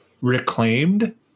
reclaimed